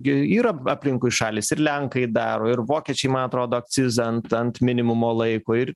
gi yra aplinkui šalys ir lenkai daro ir vokiečiai man atrodo akcizą ant ant minimumo laiko ir